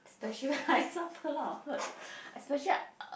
especially when I suffer a lot of hurt especially uh